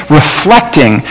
reflecting